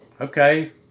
Okay